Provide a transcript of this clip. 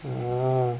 ah